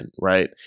right